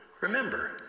Remember